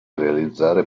realizzare